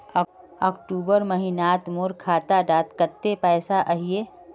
अक्टूबर महीनात मोर खाता डात कत्ते पैसा अहिये?